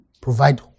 Provide